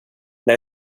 när